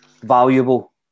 valuable